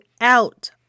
out